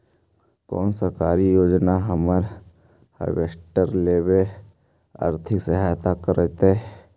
कोन सरकारी योजना हमरा हार्वेस्टर लेवे आर्थिक सहायता करतै?